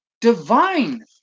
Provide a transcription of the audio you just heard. divine